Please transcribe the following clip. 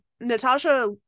Natasha